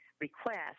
request